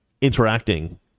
interacting